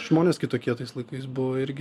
žmonės kitokie tais laikais buvo irgi